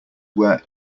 where